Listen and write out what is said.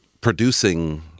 producing